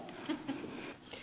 tähän ed